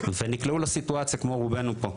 ונקלעו לסיטואציה כמו רובנו פה.